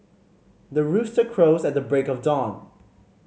the rooster crows at the break of dawn